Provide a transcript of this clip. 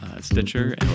Stitcher